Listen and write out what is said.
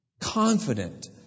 Confident